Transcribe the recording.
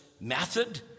method